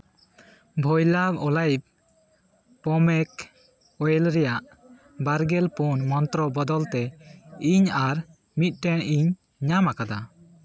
ᱵᱷᱳᱭᱞᱟ olive pomace oil ᱨᱮᱭᱟᱜ ᱵᱟᱨᱜᱮᱞ ᱯᱩᱱ ᱢᱚᱱᱛᱚᱨᱚ ᱵᱚᱫᱚᱞᱛᱮ ᱤᱧ ᱟᱨ ᱢᱤᱫᱴᱟᱱ ᱤᱧ ᱧᱟᱢ ᱟᱠᱟᱫᱟ